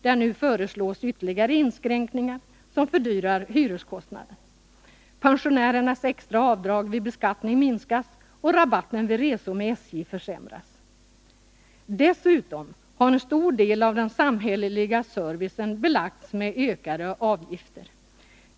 Där föreslås nu ytterligare inskränkningar som höjer hyreskostnaden. Pensionärernas extra avdrag vid beskattning minskas och rabatten vid resor med SJ försämras. Dessutom har en stor del av den samhälleliga servicen belagts med ökade avgifter.